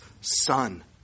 son